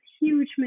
huge